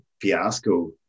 fiasco